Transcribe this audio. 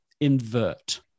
invert